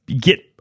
get